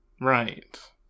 Right